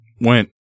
went